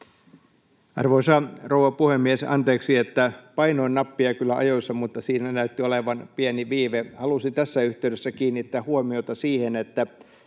Arvoisa rouva puhemies! Anteeksi — painoin nappia kyllä ajoissa, mutta siinä näytti olevan pieni viive. Halusin tässä yhteydessä kiinnittää huomiota siihen, että